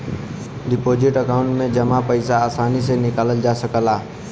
deposit account में जमा पइसा आसानी से निकालल जा सकला